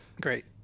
Great